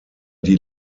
die